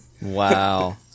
Wow